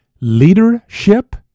leadership